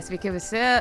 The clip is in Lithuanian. sveiki visi